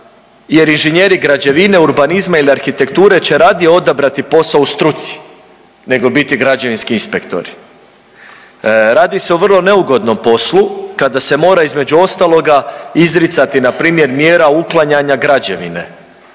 jer inženjeri građevine, urbanizma ili arhitekture će radije odabrati posao u struci nego biti građevinski inspektori. Radi se o vrlo neugodnom poslu kada se mora između ostaloga izricati npr. mjera uklanjanja građevine.